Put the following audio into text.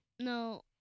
No